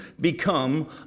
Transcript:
become